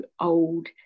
old